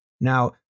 Now